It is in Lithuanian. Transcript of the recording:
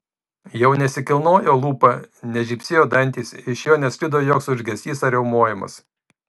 jau nesikilnojo lūpa nežybsėjo dantys iš jo nesklido joks urzgesys ar riaumojimas